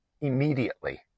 immediately